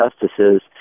justices